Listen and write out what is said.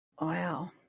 Wow